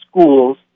schools